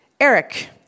Eric